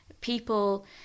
people